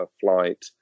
flight